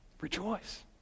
Rejoice